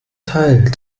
teil